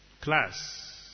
Class